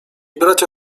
bracia